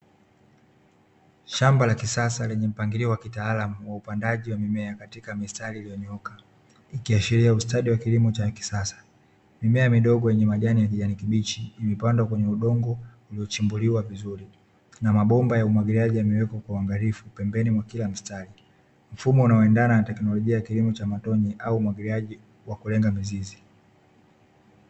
Shamba la kisasa lenye mpangilio wa kitaalamu, wa upandaji wa mimea katika mistari iliyonyooka, ikiashiria ustadi wa kilimo cha kisasa. Mimea midogo yenye majani ya kijani kibichi, imepandwa kwenye udongo uliochimbuliwa vizuri na mabomba ya umwagiliaji yamewekwa kwa uangalifu pembeni ya kila mstari, mfumo unaoendana na tekinolojia ya kilimo cha matone au umwagiliaji wa kulenga mizizi.